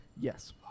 Yes